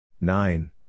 Nine